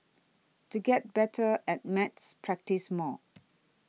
to get better at maths practise more